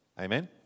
Amen